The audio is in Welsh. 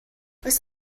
oes